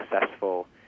successful